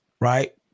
right